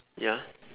ya